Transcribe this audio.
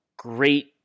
Great